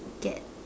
get